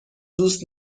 دوست